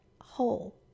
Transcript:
whole